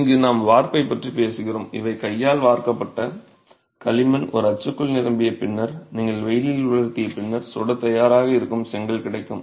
இங்குதான் நாம் வார்ப்பை பற்றி பேசுகிறோம் இவை கையால் வார்க்கப்பட்ட களிமண் ஒரு அச்சுக்குள் நிரம்பிய பின்னர் நீங்கள் வெயிலில் உலர்த்திய பின்னர் சுட தயாராக இருக்கும் செங்கல் கிடைக்கும்